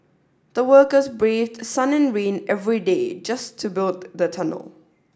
the workers braved sun and rain every day just to build the tunnel